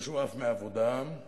או שהוא עף מהעבודה או